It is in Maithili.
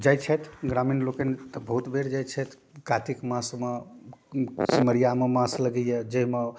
जाइ छथि ग्रामीण लोकनि तऽ बहुत बेर जाइ छथि कातिक मासमे सिमरिआमे मास लगैए जाहिमे